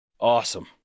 Awesome